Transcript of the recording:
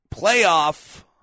Playoff